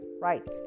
right